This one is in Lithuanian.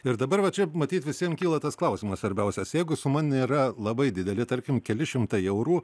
ir dabar va čia matyt visiem kyla tas klausimas svarbiausias jeigu suma nėra labai didelė tarkim keli šimtai eurų